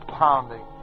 pounding